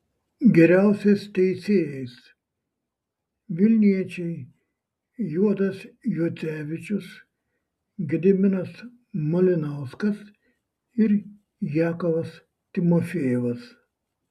geriausiais teisėjais vilniečiai juozas juocevičius gediminas malinauskas ir jakovas timofejevas